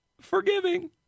forgiving